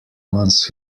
once